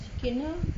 sikit nah